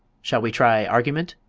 shall we try argument?